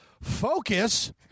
focus